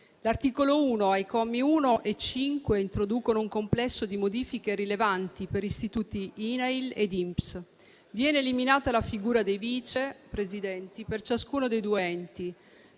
L'articolo 1, ai commi 1 e 5, introduce un complesso di modifiche rilevanti per gli istituti INAIL ed INPS: viene eliminata la figura del vice presidente per ciascuno dei due enti